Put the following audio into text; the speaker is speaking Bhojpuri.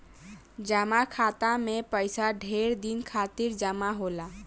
जमा खाता मे पइसा ढेर दिन खातिर जमा होला